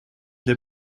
для